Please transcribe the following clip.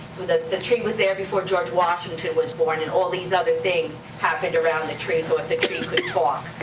the the tree was there before george washington was born, and all these other things happened around the tree, so if the tree could talk,